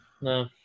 No